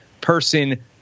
person